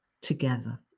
together